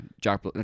Jack